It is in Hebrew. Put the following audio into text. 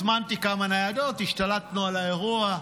הזמנתי כמה ניידות, השתלטנו על האירוע.